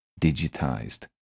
digitized